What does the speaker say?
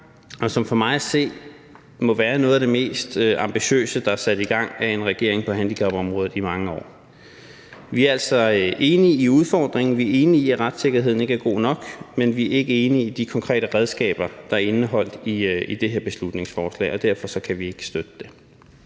som for mig at se må være noget af det mest ambitiøse, der er sat i gang af en regering på handicapområdet i mange år. Vi er altså enige i udfordringen, og vi er enige i, at retssikkerheden ikke er god nok, men vi er ikke enige i de konkrete redskaber, der er indeholdt i det her beslutningsforslag, og derfor kan vi ikke støtte det.